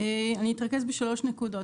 אתרכז בשלוש נקודות.